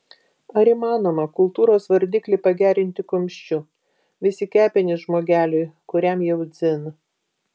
ar įmanoma kultūros vardiklį pagerinti kumščiu vis į kepenis žmogeliui kuriam jau dzin